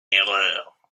erreur